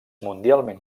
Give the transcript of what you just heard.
mundialment